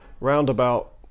roundabout